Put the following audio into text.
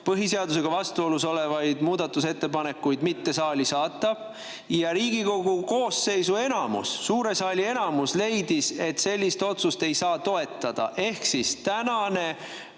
põhiseadusega vastuolus olevaid muudatusettepanekuid mitte saali saata, aga Riigikogu koosseisu enamus, suure saali enamus leidis, et sellist otsust ei saa toetada. Ehk tänane